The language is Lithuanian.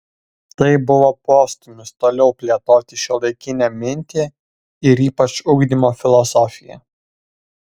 tai buvo postūmis toliau plėtoti šiuolaikinę mintį ir ypač ugdymo filosofiją